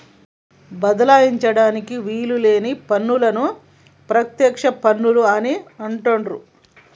బదలాయించడానికి వీలు లేని పన్నులను ప్రత్యక్ష పన్నులు అని అంటుండ్రు